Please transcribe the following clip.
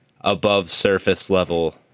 above-surface-level